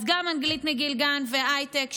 אז גם אנגלית מגיל גן והייטק,